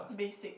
basic